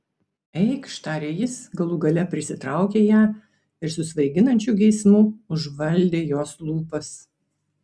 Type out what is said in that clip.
eikš tarė jis galų gale prisitraukė ją ir su svaiginančiu geismu užvaldė jos lūpas